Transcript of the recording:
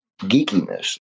geekiness